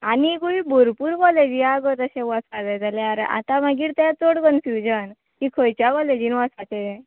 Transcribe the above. आनीकूय भरपूर कॉलेजी आहा गो तशें जाल्यार आतां मागीर तें चड कन्फ्युजन की खंयच्या कॉलेजीन वचपाचें